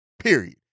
Period